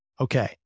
Okay